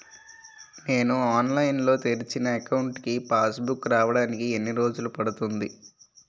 నేను ఆన్లైన్ లో తెరిచిన అకౌంట్ కి పాస్ బుక్ రావడానికి ఎన్ని రోజులు పడుతుంది?